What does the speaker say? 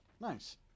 nice